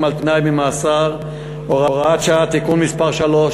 על-תנאי ממאסר (הוראת שעה) (תיקון מס' 3),